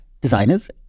designers